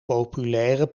populaire